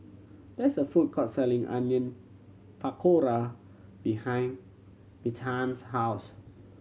there is a food court selling Onion Pakora behind Bethann's house